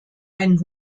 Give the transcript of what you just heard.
einen